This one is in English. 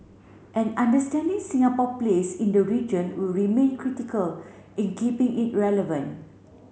and understanding Singapore place in the region will remain critical in keeping it relevant